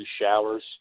showers